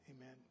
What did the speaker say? amen